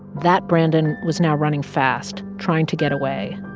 that brandon was now running fast, trying to get away.